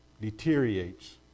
deteriorates